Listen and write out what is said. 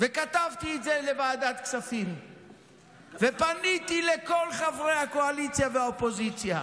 כתבתי את זה לוועדת הכספים ופניתי לכל חברי הקואליציה והאופוזיציה